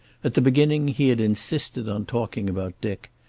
at the beginning he had insisted on talking about dick,